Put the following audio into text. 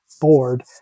board